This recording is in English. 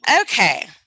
Okay